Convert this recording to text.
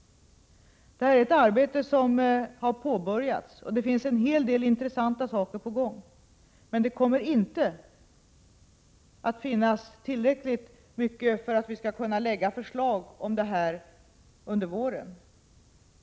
Det här är ett arbete som har påbörjats, och en hel del intressanta saker är i gång. Men vi kan inte lägga fram något förslag under våren.